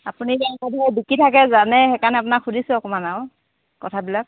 আপুনি যে বিকি থাকে জানে সেইকাৰণে আপোনাক সুধিছোঁ অকণমান আৰু কথাবিলাক